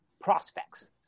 prospects